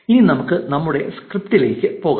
ഇനി നമുക്ക് നമ്മുടെ സ്ക്രിപ്റ്റിലേക്ക് പോകാം